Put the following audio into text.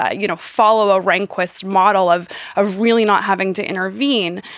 ah you know, follow a rehnquist model of a really not having to intervene,